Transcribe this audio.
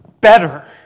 better